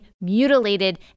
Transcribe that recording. mutilated